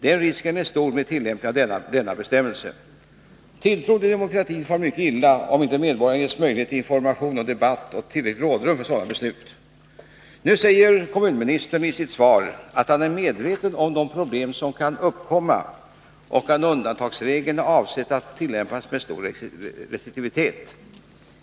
Den risken är stor med tillämpningen av denna bestämmelse. Tilltron till demokratin far mycket illa om inte medborgarna ges möjlighet till information, debatt och tillräckligt rådrum för sådana beslut. Nu säger kommunministern i sitt svar att han är medveten om de problem som kan uppkomma och att undantagsregeln är avsedd att tillämpas med stor restriktivitet.